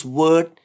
word